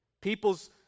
people's